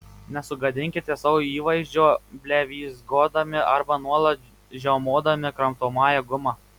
nesugadinkite savo įvaizdžio blevyzgodami arba nuolat žiaumodami kramtomąją gumą